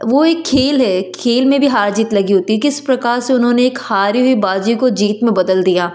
वो एक खेल है खेल में भी हार जीत लगी होती है किस प्रकार से उन्होंने एक हारी हुई बाजी को जीत में बदल दिया